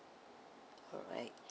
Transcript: alright